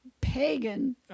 pagan